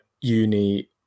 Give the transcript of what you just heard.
uni